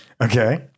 Okay